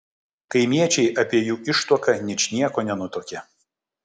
kaimiečiai apie jų ištuoką ničnieko nenutuokė